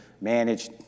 managed